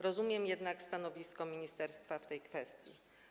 Rozumiem jednak stanowisko ministerstwa w tej kwestii.